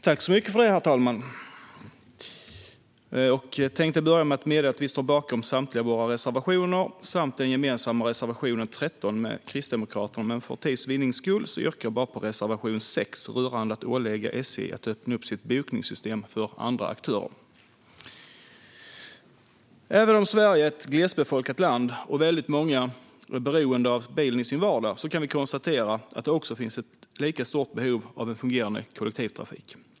Herr talman! Jag tänkte börja med att meddela att vi står bakom samtliga våra reservationer samt den gemensamma reservationen 13 med Kristdemokraterna, men för tids vinnande yrkar jag bifall endast till reservation 6 rörande att ålägga SJ att öppna upp sitt bokningssystem för andra aktörer. Även om Sverige är ett glesbefolkat land och många är beroende av bilen i sin vardag kan vi konstatera att det finns ett lika stort behov av en fungerande kollektivtrafik.